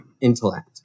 intellect